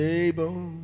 able